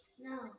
No